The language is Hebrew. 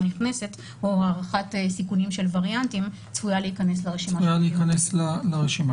נכנסים או הערכת סיכונים של וריאנטים צפויה להיכנס לרשימה.